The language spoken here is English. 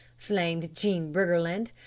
flamed jean briggerland.